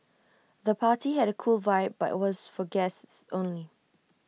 the party had A cool vibe but was for guests only